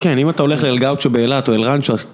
כן, אם אתה הולך לאלגאוצ'ו באילת, או אלרנצ'וס...